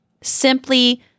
simply